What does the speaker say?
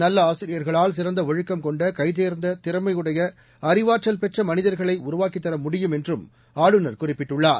நல்ல ஆசிரியர்களால் சிறந்த ஒழுக்கம் கொண்ட கைதேர்ந்த திறமையுடைய அறிவாற்றல் பெற்ற மனிதர்களை உருவாக்கித் தரமுடியும் என்றும் ஆளுநர் குறிப்பிட்டுள்ளார்